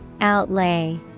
Outlay